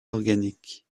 organique